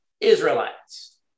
Israelites